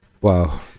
Wow